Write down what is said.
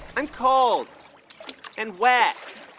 i'm cold and wet.